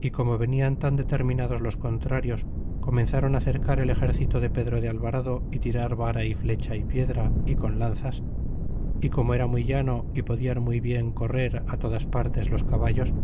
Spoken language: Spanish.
y como venian tan determinados los contrarios comenzaron á cercar el exercito de pedro de alvarado y tirar vara y flecha y piedra y con lanzas y como era muy llano y podian muy bien correr to das partes los caballos